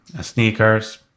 sneakers